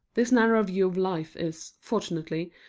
this narrow view of life is, fortunately,